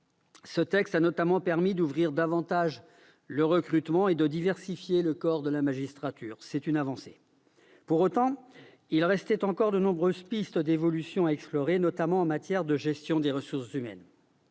Ce texte a notamment permis d'ouvrir davantage le recrutement et diversifier le corps de la magistrature ; c'est une avancée. Pour autant, il restait encore de nombreuses pistes d'évolutions à explorer, notamment en matière de gestion des ressources humaines.